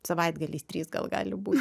savaitgaliais trys gal gali būt